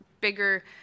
bigger